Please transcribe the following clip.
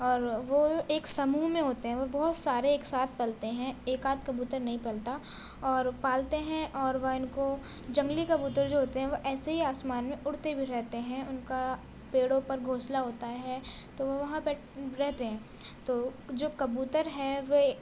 اور وہ ایک سموہ میں ہوتے ہیں وہ بہت سارے ایک ساتھ پلتے ہیں ایک آدھ کبوتر نہیں پلتا اور پالتے ہیں اور وہ ان کو جنگلی کبوتر جو ہوتے ہیں وہ ایسے ہی آسمان میں اڑتے بھی رہتے ہیں ان کا پیڑوں پر گھونسلہ ہوتا ہے تو وہ وہاں بیٹھ رہتے ہیں تو جو کبوتر ہے وہ